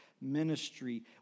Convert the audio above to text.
ministry